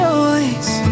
choice